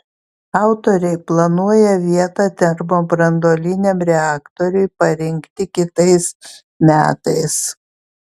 autoriai planuoja vietą termobranduoliniam reaktoriui parinkti kitais metais